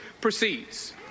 proceeds